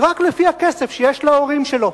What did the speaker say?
רק לפי הכסף שיש להורים שלו.